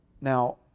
Now